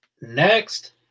Next